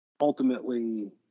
ultimately